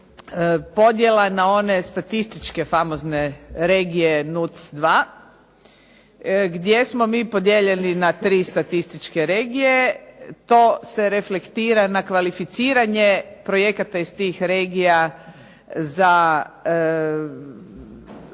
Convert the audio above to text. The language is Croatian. podjela na one statističke famozne regije NUC 2 gdje smo mi podijeljeni na tri statističke regije. To se reflektira na kvalificiranje projekata iz tih regija iz